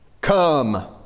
Come